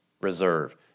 reserve